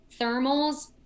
thermals